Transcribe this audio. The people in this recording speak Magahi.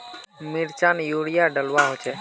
मिर्चान यूरिया डलुआ होचे?